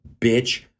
bitch